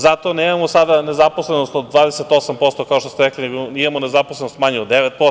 Zato sada nemamo nezaposlenost od 28%, kao što ste rekli, nego imamo nezaposlenost manju od 9%